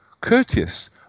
courteous